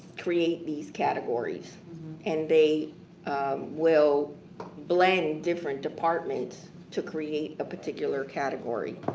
create these categories and they will blend different department to create a particular category.